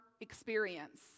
experience